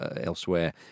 elsewhere